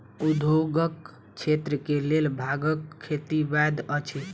उद्योगक क्षेत्र के लेल भांगक खेती वैध अछि